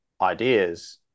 ideas